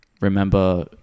remember